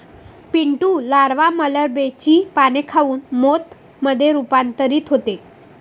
Pintu larva मलबेरीचे पाने खाऊन मोथ मध्ये रूपांतरित होते